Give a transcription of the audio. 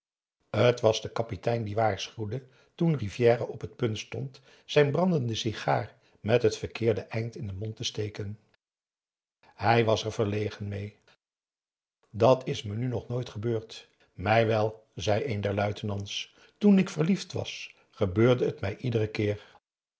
t was de kapitein die waarschuwde toen rivière op het punt stond zijn brandende cigaar met het verkeerde eind in den mond te steken hij was er verlegen meê dat is me nu nog nooit gebeurd mij wel zei een der luitenants toen ik verliefd was gebeurde het mij iederen keer